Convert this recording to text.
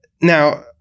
Now